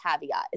caveat